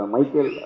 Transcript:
Michael